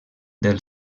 del